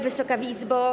Wysoka Izbo!